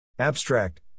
Abstract